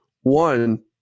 One